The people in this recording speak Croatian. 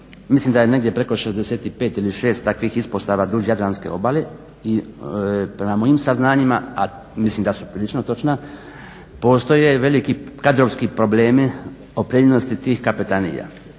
mislim da je negdje preko 65 ili 6 takvih ispostava duž jadranske obale i prema mojim saznanjima, a mislim da su prilično točna postoje veliki kadrovski problemi opremljenosti tih kapetanija.